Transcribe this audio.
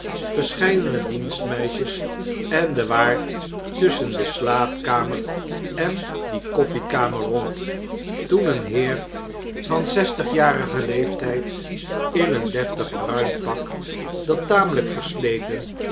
verscheidene dienstmeisjes en de waard tusschen de slaapkamer en diekoffiekamer rond toen een heer van zestigjarigen leeftyd in een deftig bruin pak dat tamelyk versleten